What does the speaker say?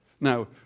Now